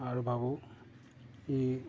আৰু ভাবোঁ ই